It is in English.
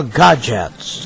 gadgets